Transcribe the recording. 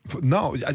No